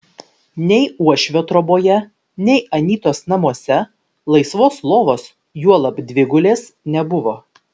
nei uošvio troboje nei anytos namuose laisvos lovos juolab dvigulės nebuvo